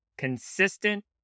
consistent